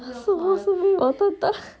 什么是眉毛淡淡